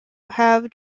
have